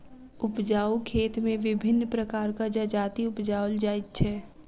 उपजाउ खेत मे विभिन्न प्रकारक जजाति उपजाओल जाइत छै